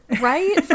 right